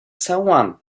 someone